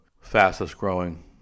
fastest-growing